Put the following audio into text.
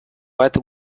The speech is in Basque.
bat